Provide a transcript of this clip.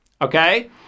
okay